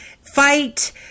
fight